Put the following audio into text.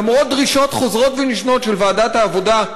למרות דרישות חוזרות ונשנות של ועדת העבודה,